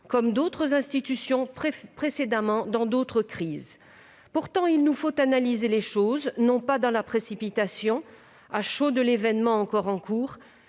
comme d'autres institutions précédemment, dans d'autres crises ... Pourtant, il nous faut analyser la situation non pas dans la précipitation, à chaud de l'événement encore en cours,